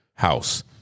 house